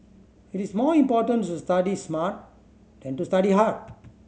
it is more important to study smart than to study hard